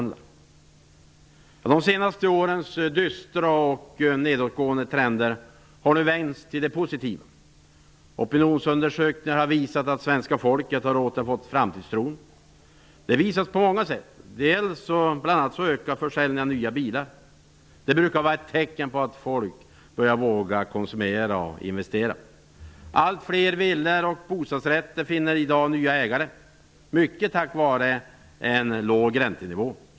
De senaste årens dystra och nedåtgående trender har vänt till det positiva. Opinionsundersökningar visar att svenska folket har återfått framtidstron. Det visas på många sätt; bl.a. ökar försäljningen av nya bilar. Det brukar vara ett tecken på att folk vågar börja konsumera och investera. Allt fler villor och bostadsrätter finner nya ägare -- mycket tack vare en låg räntenivå.